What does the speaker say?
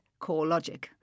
CoreLogic